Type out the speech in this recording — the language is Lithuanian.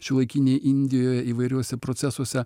šiuolaikinėj indijoje įvairiuose procesuose